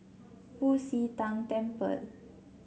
Fu Xi Tang Temple